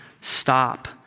stop